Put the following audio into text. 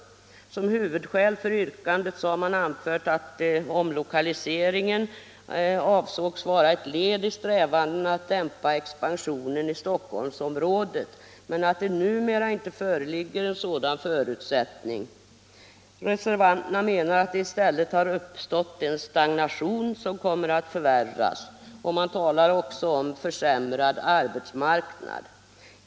Som huvudskäl för yrkandet har man anfört att omlokaliseringen ansågs vara ett led i strävandena att dämpa expansionen i Stockholmsområdet men att det numera inte föreligger en sådan förutsättning. Reservanterna menar att det i stället har uppstått en stagnation som kommer att förvärras. Man talar också om försämrad arbetsmarknad.